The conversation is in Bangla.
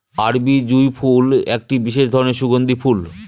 আরবি জুঁই ফুল একটি বিশেষ ধরনের সুগন্ধি ফুল